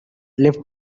left